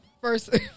first